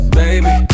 baby